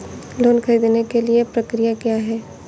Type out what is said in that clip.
Loan ख़रीदने के लिए प्रक्रिया क्या है?